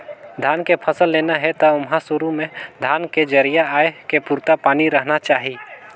धान के फसल लेना हे त ओमहा सुरू में धान के जरिया आए के पुरता पानी रहना चाही